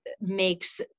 makes